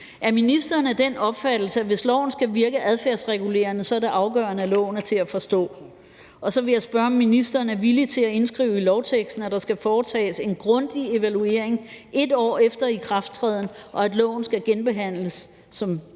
Er ministeren af den opfattelse, at hvis loven skal virke adfærdsregulerende, er det afgørende, at loven er til at forstå? Og så vil jeg spørge ministeren, om ministeren er villig til at indskrive i lovteksten, at der skal foretages en grundig evaluering 1 år efter ikrafttræden, og at loven skal genbehandles med